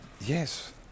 yes